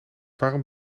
waarom